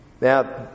Now